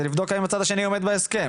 זה לבדוק האם הצד השני עומד בהסכם.